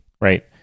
right